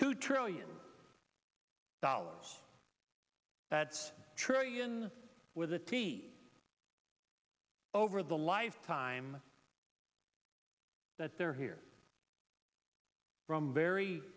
two trillion dollars that's trillion with a t over the lifetime that's there here from very